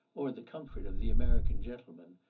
or the comfort of the american gentlemen,